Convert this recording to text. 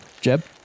Jeb